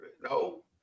No